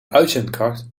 uitzendkracht